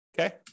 okay